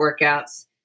workouts